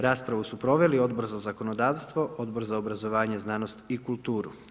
Raspravu su proveli Odbor za zakonodavstvo, Odbor za obrazovanje, znanost i kulturu.